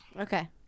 Okay